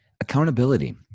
Accountability